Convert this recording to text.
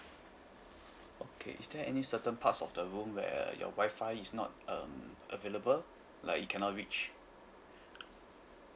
okay is there any certain parts of the room where your Wi-Fi is not um available like it cannot reach